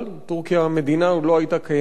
טורקיה המדינה עוד לא היתה קיימת,